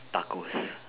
tacos